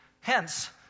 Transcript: Hence